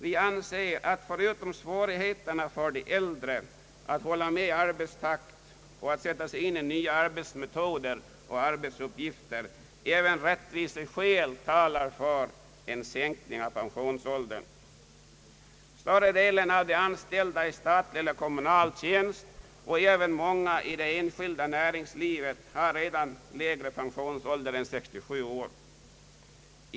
Vi anser att, förutom svårigheterna för de äldre att hänga med i arbetstakten och att sätta sig in i nya arbetsmetoder och arbetsuppgifter, även rättviseskäl talar för en sänkning av pensionsåldern. Större delen av de anställda i statlig och kommunal tjänst och även många i det enskilda näringslivet har redan lägre pensionsålder än 67 år.